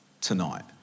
tonight